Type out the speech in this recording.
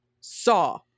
Saw